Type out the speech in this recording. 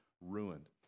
ruined